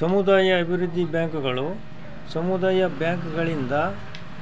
ಸಮುದಾಯ ಅಭಿವೃದ್ಧಿ ಬ್ಯಾಂಕುಗಳು ಸಮುದಾಯ ಬ್ಯಾಂಕ್ ಗಳಿಂದ